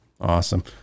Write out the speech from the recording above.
Awesome